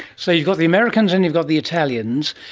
so you've got the americans and you've got the italians,